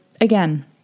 again